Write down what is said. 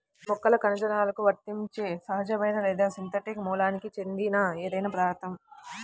మొక్కల కణజాలాలకు వర్తించే సహజమైన లేదా సింథటిక్ మూలానికి చెందిన ఏదైనా పదార్థం